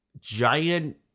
giant